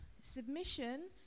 submission